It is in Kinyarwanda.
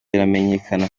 biramenyekana